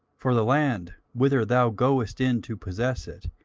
for the land, whither thou goest in to possess it,